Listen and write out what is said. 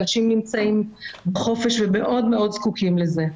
אנשים נמצאים בחופש ומאוד מאוד זקוקים לזה.